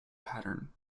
pattern